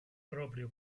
proprio